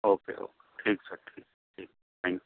okay ٹھیک sir ٹھیک thank you